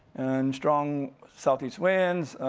and strong southeast winds,